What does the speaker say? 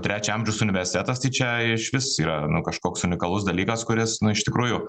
trečio amžiaus universitetas tai čia išvis yra kažkoks unikalus dalykas kuris iš tikrųjų